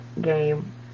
game